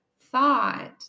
thought